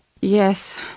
Yes